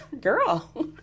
Girl